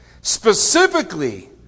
Specifically